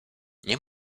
nie